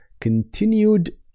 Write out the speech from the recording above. continued